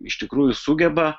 iš tikrųjų sugeba